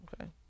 okay